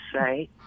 say